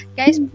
Guys